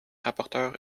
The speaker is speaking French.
rapporteur